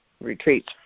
retreats